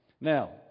Now